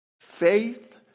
faith